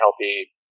healthy